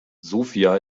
sofia